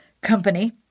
company